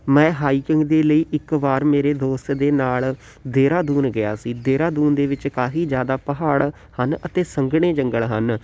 ਮੈਂ ਹਾਈਕਿੰਗ ਦੇ ਲਈ ਇੱਕ ਵਾਰ ਮੇਰੇ ਦੋਸਤ ਦੇ ਨਾਲ਼ ਦੇਹਰਾਦੂਨ ਗਿਆ ਸੀ ਦੇਹਰਾਦੂਨ ਦੇ ਵਿੱਚ ਕਾਫ਼ੀ ਜ਼ਿਆਦਾ ਪਹਾੜ ਹਨ ਅਤੇ ਸੰਘਣੇ ਜੰਗਲ ਹਨ